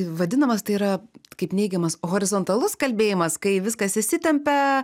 vadinamas tai yra kaip neigiamas horizontalus kalbėjimas kai viskas įsitempia